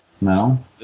No